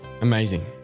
Amazing